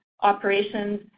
operations